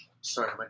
Sorry